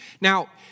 Now